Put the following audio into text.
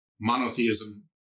monotheism